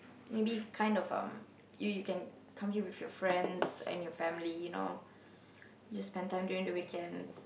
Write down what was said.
maybe kind of um you you can come here with your friends and your family you know just spend time during the weekends